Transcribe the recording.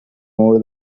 more